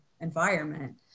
environment